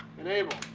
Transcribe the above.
enable.